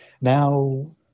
now